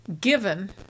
given